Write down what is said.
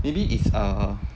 maybe it's err